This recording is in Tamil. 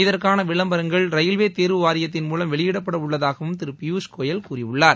இதற்கான விளம்பரங்கள் ரயில்வே தேர்வு வாரியத்தின் மூலம் வெளியிடப்பட உள்ளதாகவும் திரு பியூஷ் கோயல் கூறியுள்ளார்